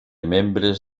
membres